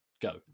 go